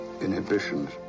inhibitions